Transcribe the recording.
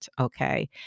Okay